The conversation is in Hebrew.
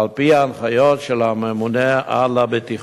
על-פי ההנחיות של הממונה על הבטיחות.